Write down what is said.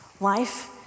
Life